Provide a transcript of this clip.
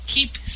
Keep